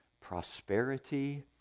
prosperity